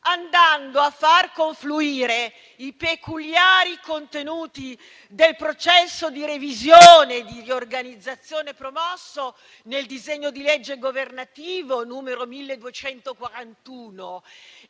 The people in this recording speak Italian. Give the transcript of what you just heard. andando a far confluire i peculiari contenuti del processo di revisione e di riorganizzazione promosso nel disegno di legge governativo n. 1241